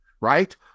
right